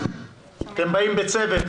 אתם באים בצוות,